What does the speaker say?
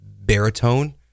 baritone